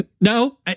No